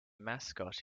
mascot